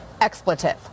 expletive